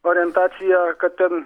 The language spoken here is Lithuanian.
orientaciją kad ten